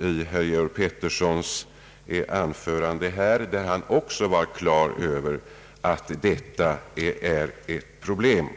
I herr Georg Petterssons anförande tyckte jag mig också skymta att även han var på det klara med att detta är ett problem.